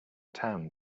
town